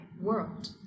world